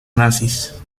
nazis